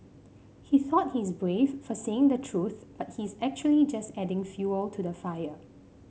he thought he's brave for saying the truth but he's actually just adding fuel to the fire